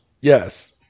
Yes